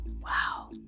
Wow